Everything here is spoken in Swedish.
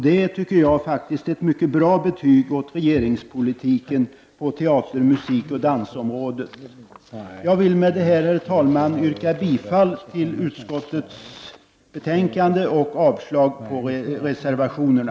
Det är ett mycket bra betyg åt regeringens politik på teater-, musikoch dansområdet! Jag vill med detta, herr talman, yrka bifall till utskottets hemställan och avslag på reservationerna.